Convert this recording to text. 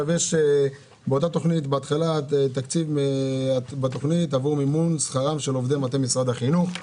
באותה תוכנית יש עבור מימון שכרם של עובדי משרד החינוך.